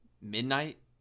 midnight